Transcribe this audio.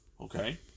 Okay